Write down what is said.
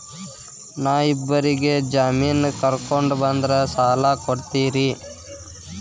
ನಾ ಇಬ್ಬರಿಗೆ ಜಾಮಿನ್ ಕರ್ಕೊಂಡ್ ಬಂದ್ರ ಸಾಲ ಕೊಡ್ತೇರಿ?